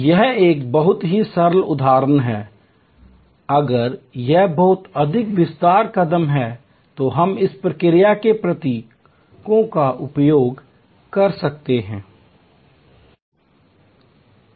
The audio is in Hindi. यह एक बहुत ही सरल उदाहरण है अगर यह बहुत अधिक विस्तार कदम है तो हम इस प्रक्रिया के प्रतीकों का उपयोग कर सकते हैं